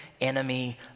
enemy